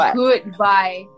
goodbye